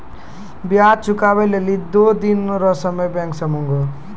ब्याज चुकबै लेली दो दिन रो समय बैंक से मांगहो